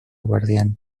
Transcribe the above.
guardián